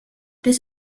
this